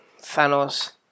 Thanos